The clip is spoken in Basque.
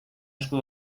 esku